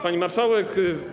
Pani Marszałek!